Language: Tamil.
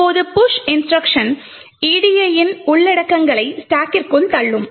இப்போது புஷ் இன்ஸ்ட்ருக்ஷன் edi யின் உள்ளடக்கங்களை ஸ்டாக்கிற்குள் தள்ளும்